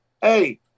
hey